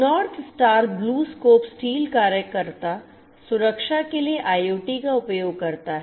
north Star BlueScope Steel कार्यकर्ता सुरक्षा के लिए IoT का उपयोग करता है